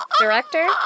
Director